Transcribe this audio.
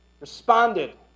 responded